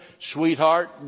sweetheart